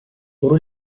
برو